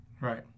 right